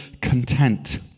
content